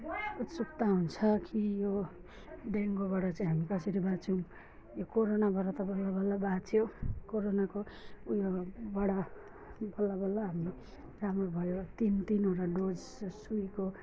उत्सुकता हुन्छ कि यो डेङ्गुबाट चाहिँ हामी कसरी बाँचौँ यो कोरोनाबाट त बल्ल बल्ल बाँच्यो कोरोनाको उयोबाट बल्ला बल्ला हामी राम्रो भयो तिन तिनवटा डोज सुइको